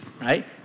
right